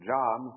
John